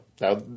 Now